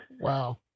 Wow